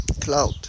cloud